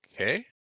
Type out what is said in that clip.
Okay